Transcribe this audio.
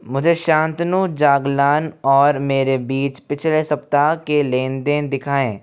मुझे शांतनु जागलान और मेरे बीच पिछले सप्ताह के लेन देन दिखाएँ